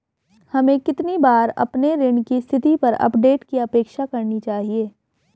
हमें कितनी बार अपने ऋण की स्थिति पर अपडेट की अपेक्षा करनी चाहिए?